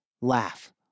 laugh